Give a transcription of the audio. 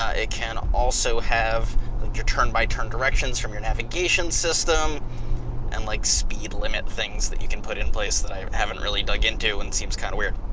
ah it can also have turn by turn directions from your navigation system and like speed limit things that you can put in place that i haven't really dug into and seems kinda weird.